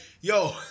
yo